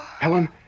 Helen